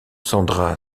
sandra